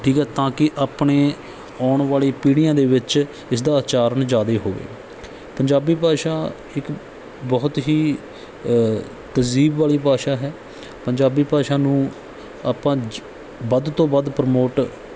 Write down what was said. ਠੀਕ ਏ ਤਾਂ ਕਿ ਆਪਣੇ ਆਉਣ ਵਾਲੀ ਪੀੜ੍ਹੀਆਂ ਦੇ ਵਿੱਚ ਇਸਦਾ ਉਚਾਰਨ ਜ਼ਿਆਦਾ ਹੋਵੇ ਪੰਜਾਬੀ ਭਾਸ਼ਾ ਇੱਕ ਬਹੁਤ ਹੀ ਤਹਿਜ਼ੀਬ ਵਾਲੀ ਭਾਸ਼ਾ ਹੈ ਪੰਜਾਬੀ ਭਾਸ਼ਾ ਨੂੰ ਆਪਾਂ ਚ ਵੱਧ ਤੋਂ ਵੱਧ ਪ੍ਰਮੋਟ